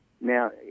Now